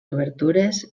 obertures